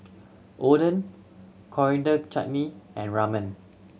Oden Coriander Chutney and Ramen